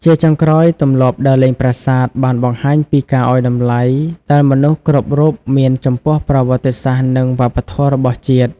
ជាចុងក្រោយ ទម្លាប់ដើរលេងប្រាសាទបានបង្ហាញពីការឱ្យតម្លៃដែលមនុស្សគ្រប់រូបមានចំពោះប្រវត្តិសាស្ត្រនិងវប្បធម៌របស់ជាតិ។